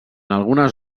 algunes